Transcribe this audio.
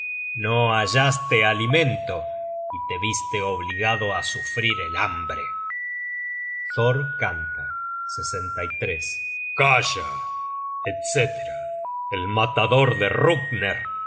no hallaste alimento y te viste obligado á sufrir el hambre thor canta galla etc el matador de